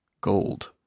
gold